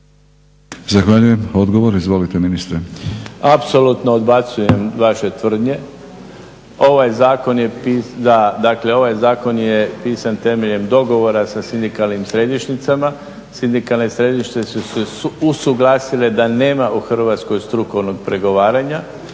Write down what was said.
Zahvaljujem. Odgovor, izvolite ministre.